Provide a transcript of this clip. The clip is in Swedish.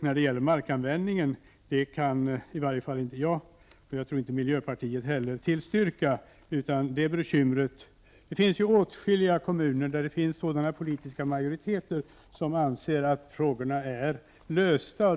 när det gäller markanvändning kan i alla fall inte jag, och jag tror inte heller miljöpartiet, tillstyrka. Det finns åtskilliga kommuner där politiska majoriteter anser att frågorna är lösta.